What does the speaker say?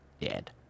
Dead